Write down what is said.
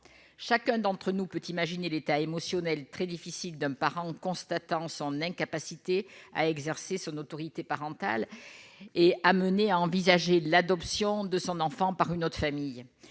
chacun d'entre nous peut imaginer l'état émotionnel très difficile d'un parent, constatant son incapacité à exercer son autorité parentale est amené à envisager l'adoption de son enfant par une autre famille,